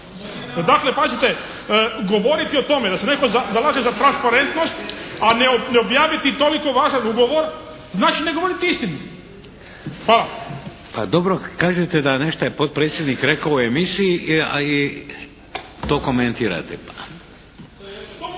Dakle, pazite govoriti o tome da se netko zalaže za transparentnost, a ne objaviti toliko važan ugovor znači ne govoriti istinu. Hvala. **Šeks, Vladimir (HDZ)** Pa dobro, kažete da nešto je potpredsjednik rekao u emisiji, a i to komentirate.